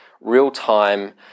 real-time